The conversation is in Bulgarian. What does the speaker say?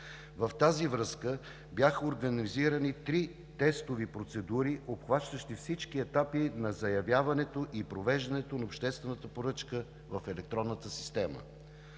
В тази връзка бяха организирани три тестови процедури, обхващащи всички етапи на заявяването и провеждането на обществената поръчка в електронната система.